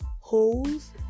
holes